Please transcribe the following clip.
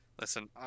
Listen